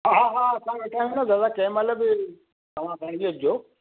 हा हा हा असां वेठा आहियूं न दादा कंहिं महिल बि तव्हां खणी अचिजो